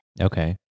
Okay